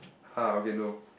ha okay no